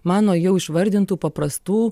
mano jau išvardintų paprastų